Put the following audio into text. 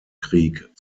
krieg